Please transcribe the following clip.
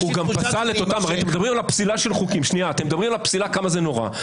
אנחנו מדברים על הפסילה של חוקים וכמה זה נורא.